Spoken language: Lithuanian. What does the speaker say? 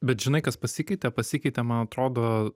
bet žinai kas pasikeitė pasikeitė man atrodo